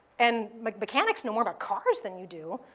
and mechanics know more about cars than you do,